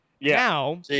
Now